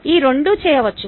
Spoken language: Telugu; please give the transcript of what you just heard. ఈ రెండూ చేయవచ్చు